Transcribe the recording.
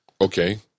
Okay